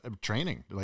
training